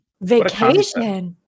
vacation